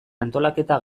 antolaketa